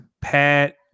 Pat